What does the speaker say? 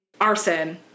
arson